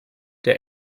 der